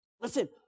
Listen